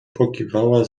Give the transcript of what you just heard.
pokiwała